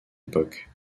époque